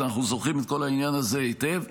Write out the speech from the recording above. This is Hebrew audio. אז אנחנו זוכרים את כל העניין הזה היטב.